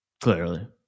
Clearly